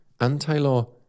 anti-law